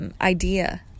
Idea